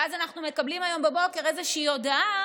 ואז אנחנו מקבלים היום בבוקר איזושהי הודעה